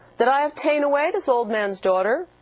that i have ta'en away this old man's daughter,